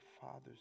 fathers